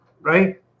right